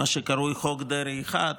מה שקרוי חוק דרעי 1,